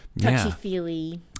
touchy-feely